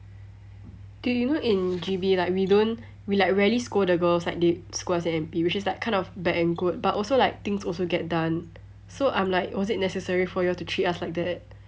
dude you know in G_B like we don't we like rarely scold the girls like they scold us in N_P which is kind of bad and good but also like things also get done so I'm like was it necessary for y'all to treat us like that